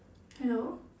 hello